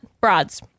broads